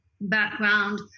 background